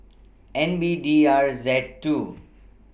N B D R Z two